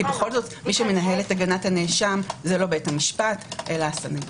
בכל זאת מי שמנהל את הגנת הנאשם זה לא בית המשפט אלא הסנגור.